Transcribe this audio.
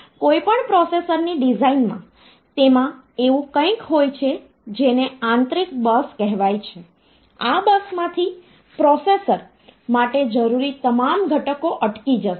કોઈપણ પ્રોસેસર ની ડિઝાઇનમાં તેમાં એવું કંઈક હોય છે જેને આંતરિક બસ કહેવાય છે આ બસમાંથી પ્રોસેસર માટે જરૂરી તમામ ઘટકો અટકી જશે